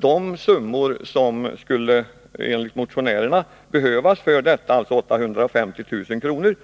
Den summa som enligt motionärerna skulle behövas för detta ändamål är alltså 850 000 kr.